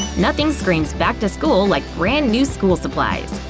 nothing screams back-to-school like brand new school supplies!